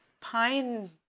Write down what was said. pine